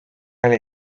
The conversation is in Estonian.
oli